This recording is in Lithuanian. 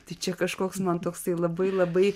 tai čia kažkoks man toks tai labai labai